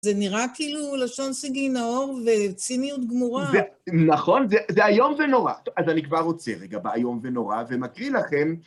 זה נראה כאילו לשון סגי נהור וציניות גמורה. נכון, זה איום ונורא. אז אני כבר עוצר רגע ב„איום ונורא”, ומקריא לכם...